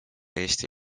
eesti